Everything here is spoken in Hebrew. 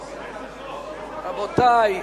רבותי,